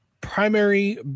primary